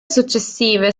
successive